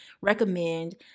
recommend